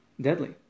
deadly